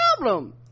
problem